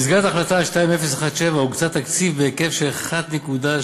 במסגרת החלטה 2017 הוקצה תקציב בסכום של 1.3